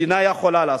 מדינה יכולה לעשות.